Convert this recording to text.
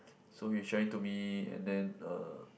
so he was sharing to me and then uh